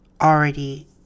already